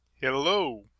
Hello